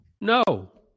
No